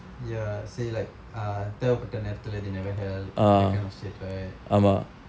ya say like uh தேவைப்படும் நேரத்தில்:thevaippadum naeratthila they never help that kind of shit right